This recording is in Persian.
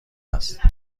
است